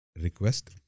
request